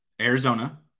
Arizona